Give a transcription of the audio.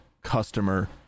customer